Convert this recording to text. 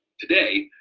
today,